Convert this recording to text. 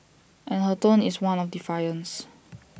and her tone is one of defiance